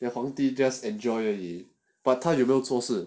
连皇帝 just enjoy 而已 but 他有没有措施